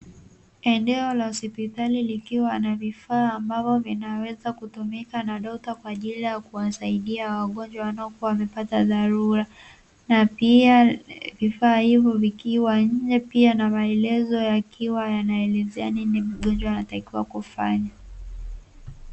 Eneo la hospitali likiwa na vifaa ambavyo vinaweza kutumika na dokta, kwa ajili ya kuwasaidia wagonjwa wanaokuwa wamepata dharura, na pia vifaa hivyo vikiwa nje, pia na maelezo yakiwa yanaelezea nini mgonjwa anatakiwa kufanya.